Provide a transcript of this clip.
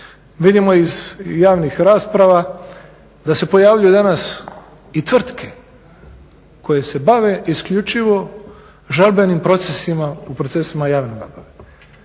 Vidimo iz javnih rasprava da se pojavljuju danas i tvrtke koje se bave isključivo žalbenim procesima u procesima javne nabave